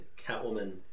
Catwoman